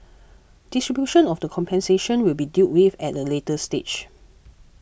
distribution of the compensation will be dealt with at a later stage